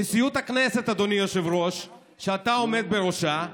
נשיאות הכנסת, אדוני היושב-ראש, שאתה עומד בראשה,